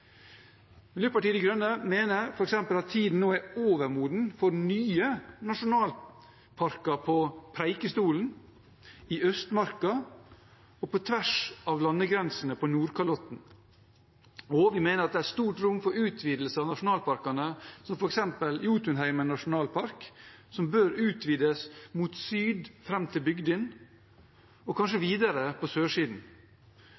Miljøpartiet De Grønne mener f.eks. at tiden nå er overmoden for nye nasjonalparker på Preikestolen, i Østmarka og på tvers av landegrensene på Nordkalotten. Vi mener det er stort rom for utvidelse av nasjonalparkene, som f.eks. Jotunheimen nasjonalpark, som bør utvides mot syd fram til Bygdin og kanskje